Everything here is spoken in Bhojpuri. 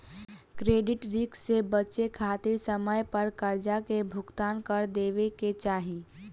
क्रेडिट रिस्क से बचे खातिर समय पर करजा के भुगतान कर देवे के चाही